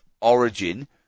Origin